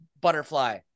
butterfly